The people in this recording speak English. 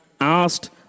asked